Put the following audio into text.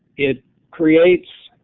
it creates